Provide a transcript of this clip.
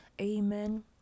Amen